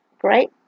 great